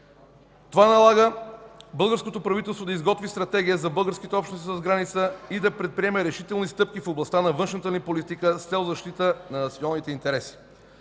Това налага българското правителство да изготви стратегия за българските общности зад граница и да предприеме решителни стъпки в областта на външната ни политика с цел защита на националните интереси.